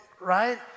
right